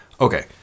okay